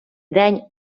день